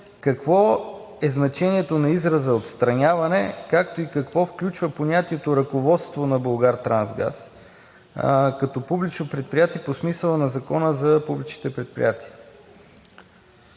какво е значението на израза „отстраняване“, както и какво включва понятието „ръководство на „Булгартрансгаз“ като публично предприятие по смисъла на Закона за публичните предприятия?